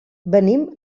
venim